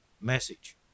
message